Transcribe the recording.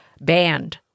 banned